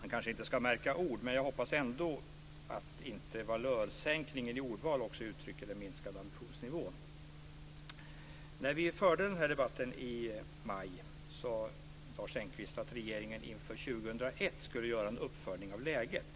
Man kanske inte ska märka ord, men jag hoppas att valörsänkningen när det gäller ordvalet inte uttrycker en minskad ambitionsnivå. När vi förde den här debatten i maj sade Lars Engqvist att regeringen inför 2001 skulle göra en uppföljning av läget.